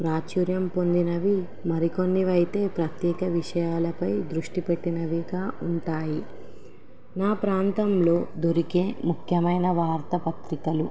ప్రాచుర్యం పొందినవి మరికొన్నివైతే ప్రత్యేక విషయాలపై దృష్టి పెట్టినవిగా ఉంటాయి నా ప్రాంతంలో దొరికే ముఖ్యమైన వార్త పత్రికలు